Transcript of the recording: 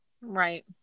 Right